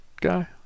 guy